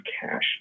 cash